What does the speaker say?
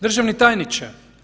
Državni tajniče.